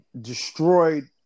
destroyed